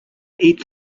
eat